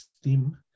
steam